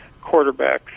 quarterbacks